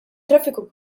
traffiku